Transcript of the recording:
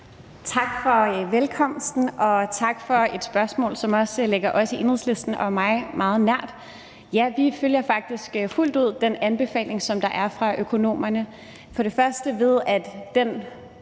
Tak for velkomsten, og tak for spørgsmålet, som også ligger os i Enhedslisten og mig meget nært. Ja, vi følger faktisk fuldt ud den anbefaling, der er fra økonomerne.